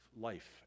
life